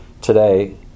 today